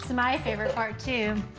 my favorite part too.